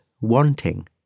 wanting